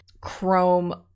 chrome